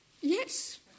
yes